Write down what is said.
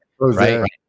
Right